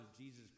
Jesus